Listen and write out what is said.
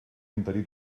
interí